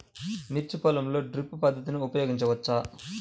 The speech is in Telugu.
మిర్చి పొలంలో డ్రిప్ పద్ధతిని ఉపయోగించవచ్చా?